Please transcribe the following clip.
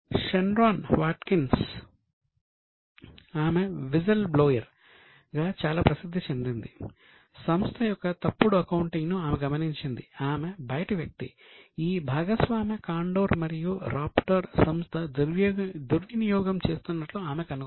Sherron Watkins సంస్థ దుర్వినియోగం చేస్తున్నట్లు ఆమె కనుగొంది